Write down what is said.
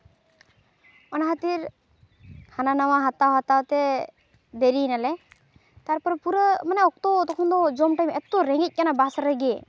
ᱚᱱᱟ ᱠᱷᱟᱹᱛᱤᱨ ᱦᱟᱱᱟ ᱱᱟᱣᱟ ᱦᱟᱛᱟᱣ ᱦᱟᱛᱟᱣ ᱛᱮ ᱫᱮᱨᱤᱭᱱᱟᱞᱮ ᱛᱟᱨᱚᱯᱮᱨ ᱯᱩᱨᱟᱹ ᱢᱟᱱᱮ ᱚᱠᱛᱚ ᱛᱚᱠᱷᱚᱱ ᱫᱚ ᱡᱚᱢ ᱴᱟᱭᱤᱢ ᱮᱛᱚ ᱨᱮᱸᱜᱮᱡ ᱠᱟᱱᱟ ᱵᱟᱥ ᱨᱮᱜᱮ